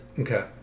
Okay